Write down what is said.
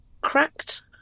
Cracked